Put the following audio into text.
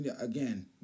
again